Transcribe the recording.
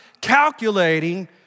calculating